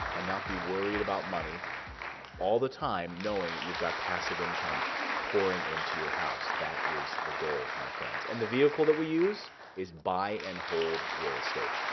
and not be worried about money all the time, knowing that you've got passive income pouring into your house. that is the goal, my friends. and the vehicle that we use is buy and hold real estate.